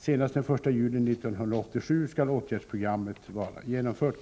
Senast den 1 juli 1987 skall åtgärdsprogrammet vara genomfört.